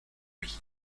hui